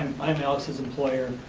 i'm alex's employer.